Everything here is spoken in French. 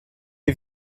est